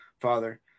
Father